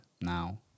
now